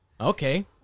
Okay